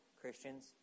Christians